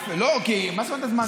מה זאת אומרת זה הזמן שלי?